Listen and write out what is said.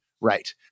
Right